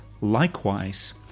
likewise